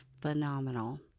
phenomenal